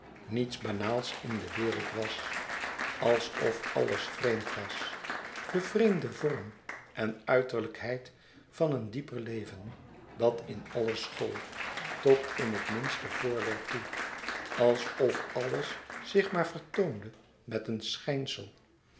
niets banaals in de wereld was alsof alles vreemd was de vreemde vorm en uiterlijkheid van een dieper leven dat in alles school tot in het minste voorwerp toe alsof alles zich maar vertoonde met een schijnsel